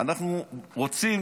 אנחנו רוצים